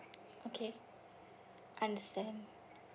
okay understand